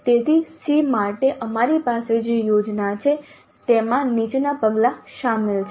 તેથી SEE માટે અમારી પાસે જે યોજના છે તેમાં નીચેના પગલાં શામેલ છે